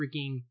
freaking